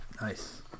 nice